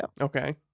Okay